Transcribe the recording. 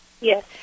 Yes